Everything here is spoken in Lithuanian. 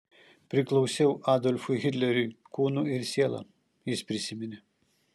priklausiau adolfui hitleriui kūnu ir siela jis prisiminė